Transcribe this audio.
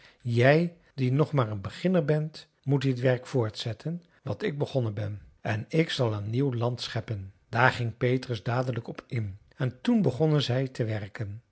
jij die nog maar een beginner bent moet dit werk voortzetten wat ik begonnen ben en ik zal een nieuw land scheppen daar ging petrus dadelijk op in en toen begonnen zij te werken